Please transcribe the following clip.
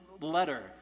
letter